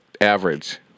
average